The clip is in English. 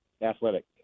Athletic